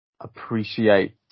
appreciate